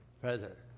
President